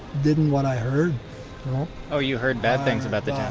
didn't what i heard oh, you heard bad things about the yeah